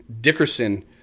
dickerson